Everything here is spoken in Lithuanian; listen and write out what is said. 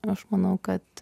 aš manau kad